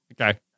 okay